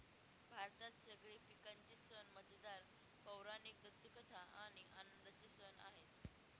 भारतात सगळे पिकांचे सण मजेदार, पौराणिक दंतकथा आणि आनंदाचे सण आहे